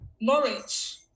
Norwich